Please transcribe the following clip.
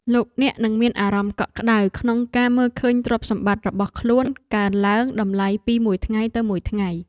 លោកអ្នកនឹងមានអារម្មណ៍កក់ក្តៅក្នុងការមើលឃើញទ្រព្យសម្បត្តិរបស់ខ្លួនកើនឡើងតម្លៃពីមួយថ្ងៃទៅមួយថ្ងៃ។